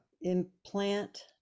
implant